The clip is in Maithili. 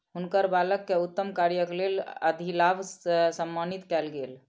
हुनकर बालक के उत्तम कार्यक लेल अधिलाभ से सम्मानित कयल गेल